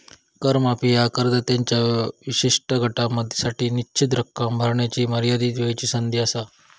कर माफी ह्या करदात्यांच्या विशिष्ट गटासाठी निश्चित रक्कम भरण्याची मर्यादित वेळची संधी असा